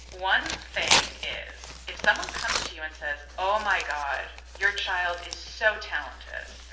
one thing is if someone comes to you and says, oh, my god, your child is so talented.